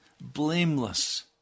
blameless